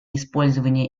использование